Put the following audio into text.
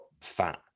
fat